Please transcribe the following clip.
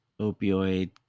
opioid